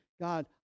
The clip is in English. God